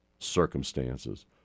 circumstances